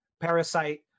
Parasite